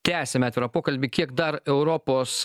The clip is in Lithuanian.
tęsiam atvirą pokalbį kiek dar europos